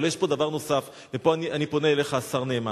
אבל יש פה דבר נוסף, ופה אני פונה אליך, השר נאמן.